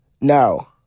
No